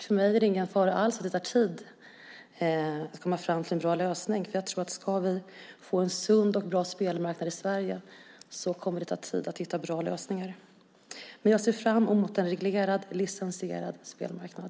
För mig är det ingen fara alls att det tar tid att komma fram till en bra lösning. Ska vi få en sund och bra spelmarknad i Sverige kommer det att ta tid att hitta bra lösningar. Jag ser fram emot en reglerad, licensierad spelmarknad.